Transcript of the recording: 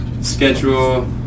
schedule